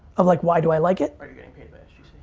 of like why do i like it? are you getting paid by sgc?